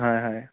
হয় হয়